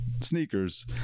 sneakers